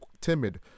timid